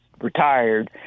retired